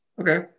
Okay